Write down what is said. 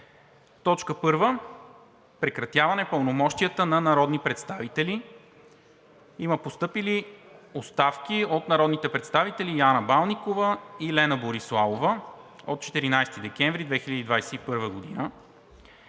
2021 г.: „1. Прекратяване пълномощията на народни представители. Подадени оставки от народните представители Яна Балникова и Лена Бориславова на 14 декември 2021 г.